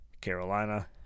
Carolina